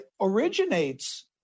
originates